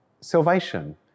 salvation